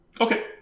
Okay